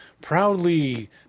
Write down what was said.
proudly